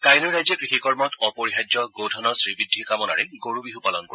কাইলৈ ৰাইজে কৃষি কৰ্মত অপৰিহাৰ্য গো ধনৰ শ্ৰীবৃদ্ধি কামনাৰে গৰু বিহু পালন কৰিব